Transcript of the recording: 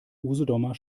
usedomer